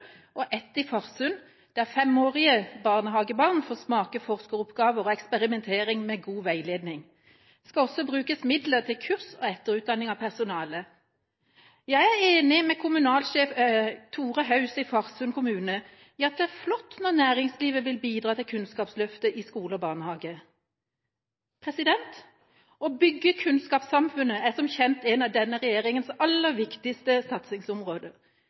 og ett i Farsund, der femårige barnehagebarn får smake forskeroppgaver og eksperimentering med god veiledning. Det skal også brukes midler til kurs og etterutdanning av personalet. Jeg er enig med kommunalsjef Tore Haus i Farsund kommune i at det er flott når næringslivet vil bidra til Kunnskapsløftet i skole og barnehage. Å bygge kunnskapssamfunnet er som kjent en av denne regjeringas aller viktigste